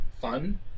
fun